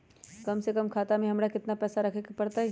कम से कम खाता में हमरा कितना पैसा रखे के परतई?